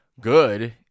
good